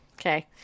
Okay